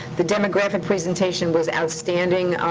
the demographic presentation was outstanding.